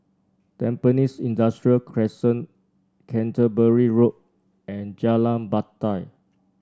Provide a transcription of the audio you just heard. Tampines Industrial Crescent Canterbury Road and Jalan Batai